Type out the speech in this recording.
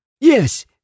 Yes